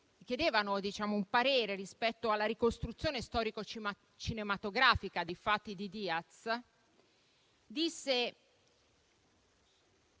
chiesero un parere rispetto alla ricostruzione storico-cinematografica dei fatti di Diaz, mentre